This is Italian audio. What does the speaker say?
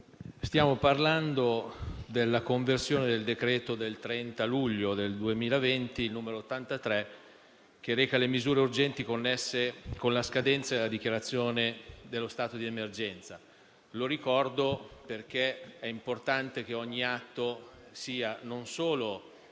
stiamo parlando della conversione del decreto-legge del 30 luglio 2020, n. 83, che reca le misure urgenti connesse con la scadenza della dichiarazione dello stato di emergenza. Lo ricordo perché è importante che ogni atto non sia solo